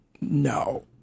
No